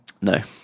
No